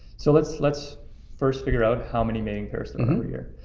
so let's let's first figure out how many mating pairs are out here.